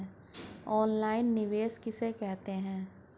Online निवेश किसे कहते हैं?